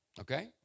okay